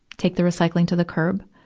take the recycling to the curb.